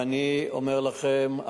ואני אומר לכם,